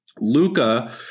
Luca